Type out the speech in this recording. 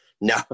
No